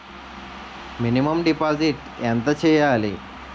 Minimum deposit ఎంత చెయ్యాలి?